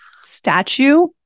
statue